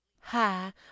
Hi